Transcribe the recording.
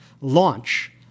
launch